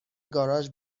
گاراژ